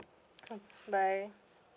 mm bye